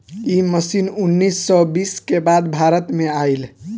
इ मशीन उन्नीस सौ बीस के बाद भारत में आईल